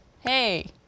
hey